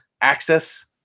access